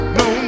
no